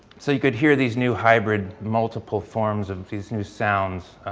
so, you could hear these new hybrid multiple forms of these new sounds.